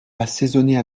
assaisonner